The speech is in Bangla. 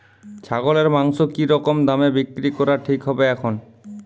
ছাগলের মাংস কী রকম দামে বিক্রি করা ঠিক হবে এখন?